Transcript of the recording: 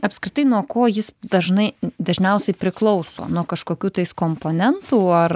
apskritai nuo ko jis dažnai dažniausiai priklauso nuo kažkokių tais komponentų ar